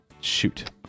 shoot